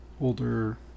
older